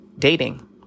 Dating